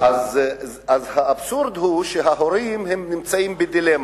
האבסורד הוא שההורים נמצאים בדילמה.